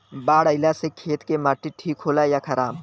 बाढ़ अईला से खेत के माटी ठीक होला या खराब?